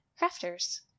crafters